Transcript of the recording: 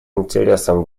интересом